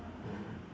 mmhmm